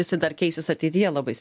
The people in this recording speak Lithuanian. visi dar keisis ateityje labai